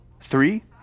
Three